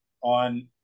on